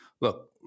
look